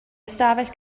ystafell